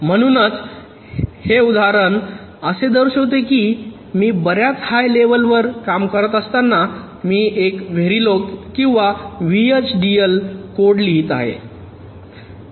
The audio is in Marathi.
म्हणूनच हे उदाहरण असे दर्शविते की मी बर्याच हाय लेव्हल वर काम करत असताना मी एक व्हेरिलोग किंवा व्हीएचडीएल कोड लिहित आहे